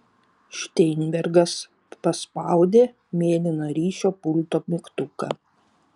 šteinbergas paspaudė mėlyną ryšio pulto mygtuką